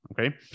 Okay